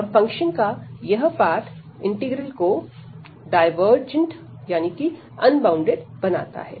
और फंक्शन का यह पार्ट इंटीग्रल को डायवर्जेंट यानी कि अनबॉउंडेड बनाता है